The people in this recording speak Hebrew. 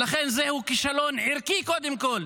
ולכן זהו כישלון ערכי, קודם כול,